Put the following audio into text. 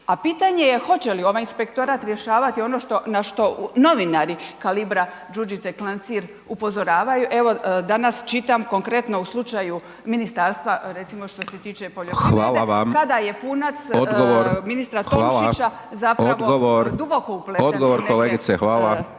a pitanje je hoće li ovaj inspektorat rješavati ono na što novinari kalibra Đurđe Klancir upozoravaju, evo danas čitam konkretno u slučaju ministarstva recimo što se tiče poljoprivrede … …/Upadica Hajdaš Dončić: Hvala vam./… kada je punac ministra Tolušića zapravo duboko upleten